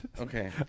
okay